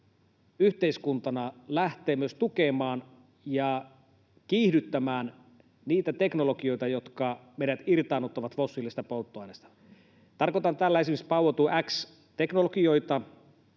yhteiskuntana, lähteä myös tukemaan ja kiihdyttämään niitä teknologioita, jotka meidät irtaannuttavat fossiilisista polttoaineista. Tarkoitan tällä esimerkiksi power-to-x-teknologioita,